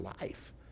life